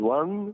one